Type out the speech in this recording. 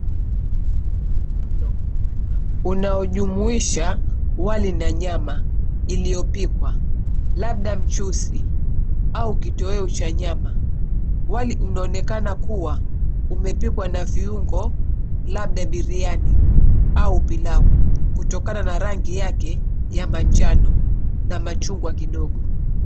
Mlo unaojumuisha wali na nyama iliyopikwa, labda mchuzi au kitoweo cha nyama. Wali unaonekana kuwa umepikwa na viungo, labda biriani au pilau, kutokana na rangi yake ya manjano na machungwa kidogo.